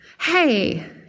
Hey